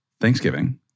Thanksgiving